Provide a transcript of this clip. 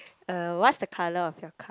uh what's the colour of your car